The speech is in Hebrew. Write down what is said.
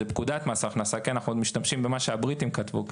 זו פקודת מס הכנסה כי אנחנו עוד משתמשים במה שהבריטים כתבו.